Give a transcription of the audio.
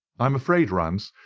i am afraid, rance,